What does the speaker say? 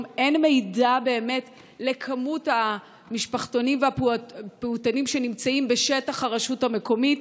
אין מידע על מספר המשפחתונים והפעוטונים שנמצאים בשטח הרשות המקומית.